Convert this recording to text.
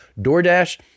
DoorDash